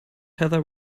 heather